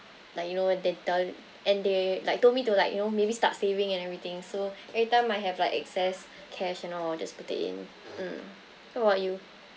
like you know they tell and they like told me to like you know maybe start saving and everything so every time I have like excess cash and all just put it in mm what about you